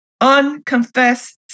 unconfessed